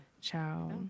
Ciao